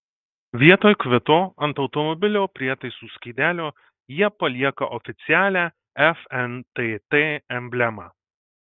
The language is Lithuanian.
vietoj kvito ant automobilio prietaisų skydelio jie palieka oficialią fntt emblemą